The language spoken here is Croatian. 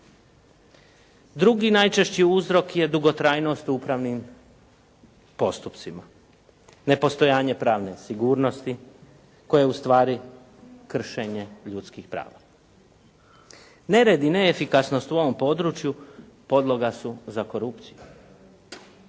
Drugi najčešći uzrok je dugotrajnost u upravnim postupcima, nepostojanje pravne sigurnosti koja je ustvari kršenje ljudskih prava. Nered i neefikasnost u ovom području podloga su za korupciju.